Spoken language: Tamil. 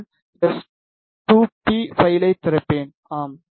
நான் எஸ்2பி பைலை திறப்பேன் ஆம்